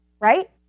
Right